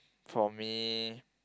for me